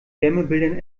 wärmebildern